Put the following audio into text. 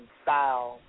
style